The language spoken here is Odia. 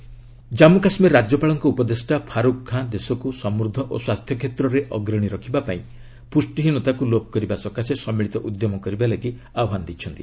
କେକେ ପୋଷଣ ଅଭିଯାନ ଜନ୍ମୁ କାଶ୍ମୀର ରାଜ୍ୟପାଳଙ୍କ ଉପଦେଷ୍ଟା ଫାରୁକ୍ ଖାଁ ଦେଶକୁ ସମୃଦ୍ଧ ଓ ସ୍ୱାସ୍ଥ୍ୟ କ୍ଷେତ୍ରରେ ଅଗ୍ରଣୀ ରଖିବାପାଇଁ ପୁଷ୍ଠିହୀନତାକୁ ଲୋପ କରିବା ସକାଶେ ସମ୍ମିଳିତ ଉଦ୍ୟମ କରିବାଲାଗି ଆହ୍ୱାନ ଦେଇଛନ୍ତି